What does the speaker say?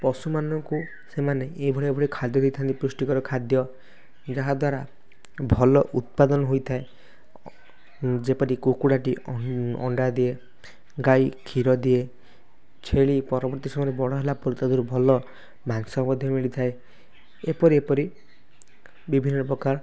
ପଶୁମାନଙ୍କୁ ସେମାନେ ଏଇଭଳି ଭାବରେ ଖାଦ୍ୟ ଦେଇଥାନ୍ତି ପୃଷ୍ଟିକର ଖାଦ୍ୟ ଯାହା ଦ୍ୱାରା ଭଲ ଉତ୍ପାଦନ ହୋଇଥାଏ ଯେପରି କୁକୁଡ଼ାଟି ଅଣ୍ଡା ଦିଏ ଗାଈ କ୍ଷୀର ଦିଏ ଛେଳି ପରବର୍ତ୍ତୀ ସମୟରେ ବଡ଼ ହେଲା ପରେ ତା' ଭିତରୁ ଭଲ ମାଂସ ମଧ୍ୟ ମିଳିଥାଏ ଏପରି ଏପରି ବିଭିନ୍ନ ପ୍ରକାର